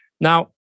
Now